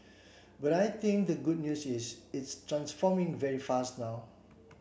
but I think the good news is it's transforming very fast now